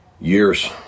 Years